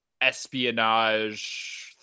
espionage